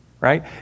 right